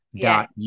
dot